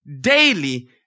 daily